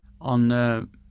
on